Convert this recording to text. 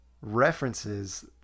references